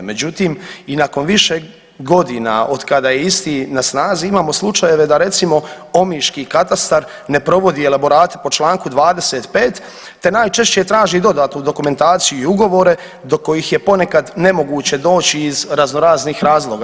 Međutim i nakon više godina od kada je isti na snazi imamo slučajeve da recimo omiški katastar ne provodi elaborate po članku 25. te najčešće traži dodatnu dokumentaciju i ugovore do kojih je ponekad nemoguće doći iz razno raznih razloga.